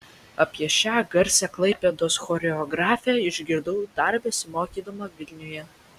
apie šią garsią klaipėdos choreografę išgirdau dar besimokydama vilniuje